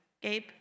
gabe